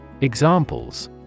Examples